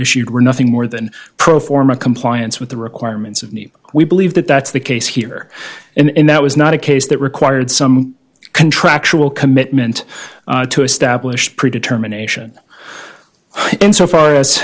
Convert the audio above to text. issued were nothing more than pro forma compliance with the requirements of we believe that that's the case here and that was not a case that required some contractual commitment to establish pre determination and so for